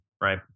right